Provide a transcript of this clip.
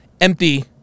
empty